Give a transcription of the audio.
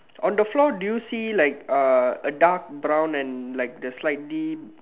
on the floor do you see like uh a dark brown and like the slightly